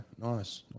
nice